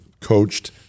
coached